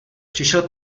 přišel